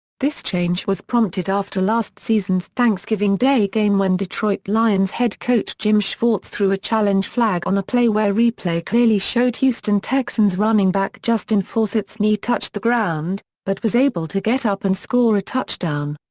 this change was prompted after last season's thanksgiving day game when detroit lions' head coach jim schwartz threw a challenge flag on a play where replay clearly showed houston texans' running back justin forsett's knee touched the ground, but was able to get up and score a touchdown.